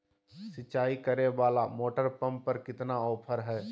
सिंचाई करे वाला मोटर पंप पर कितना ऑफर हाय?